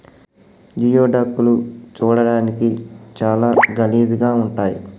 geoduck లు చూడడానికి చాలా గలీజ్ గా ఉంటయ్